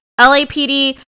LAPD